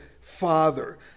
Father